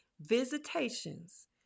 visitations